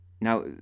Now